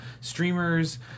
streamers